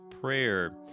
prayer